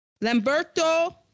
Lamberto